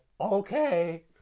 okay